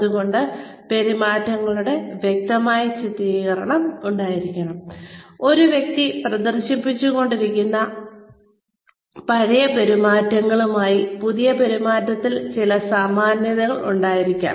അതുകൊണ്ട് പെരുമാറ്റങ്ങളുടെ വ്യക്തമായ ചിത്രീകരണം ഉണ്ടായിരിക്കണം ഒരു വ്യക്തി പ്രദർശിപ്പിച്ചുകൊണ്ടിരിക്കുന്ന പഴയ പെരുമാറ്റങ്ങളുമായി പുതിയ പെരുമാറ്റത്തിൽ ചില സാമ്യതകൾ ഉണ്ടായിരിക്കണം